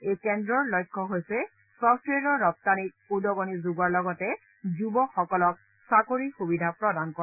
এই কেন্দ্ৰৰ লক্ষ হৈছে চফটৱেৰৰ ৰপ্তানিক উদ্গনি যোগোৱাৰ লগতে যুৱ সকলক চাকৰিৰ সুবিধা প্ৰদান কৰা